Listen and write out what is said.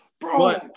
Bro